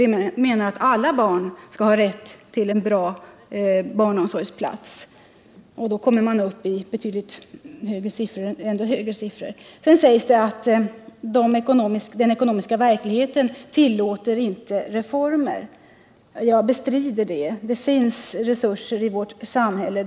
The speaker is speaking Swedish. Vi menar att alla barn skall ha rätt till en bra barnomsorgsplats, och då kommer man fram till betydligt högre siffror. Det sägs att den ekonomiska verkligheten inte tillåter reformer, men det bestrider jag. Det finns resurser i vårt samhälle.